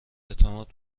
اعتماد